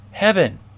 heaven